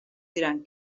diran